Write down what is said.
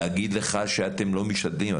להגיד לך שאתם לא משתדלים?